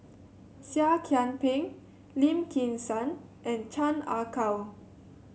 Seah Kian Peng Lim Kim San and Chan Ah Kow